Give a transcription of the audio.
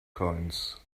coins